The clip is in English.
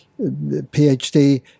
PhD